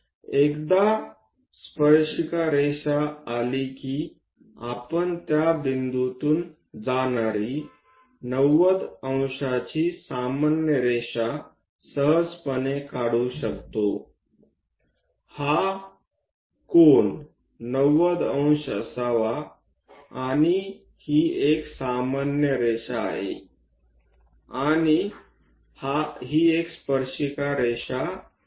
एकदा स्पर्शिका रेषा आली की आपण त्या बिंदूतून जाणारी 900 सामान्य रेषा सहजपणे काढू शकतो हा कोन 90० असावा आणि हा एक सामान्य रेषा आहे आणि हा स्पर्शिका रेषा आहे